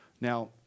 Now